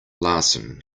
larsen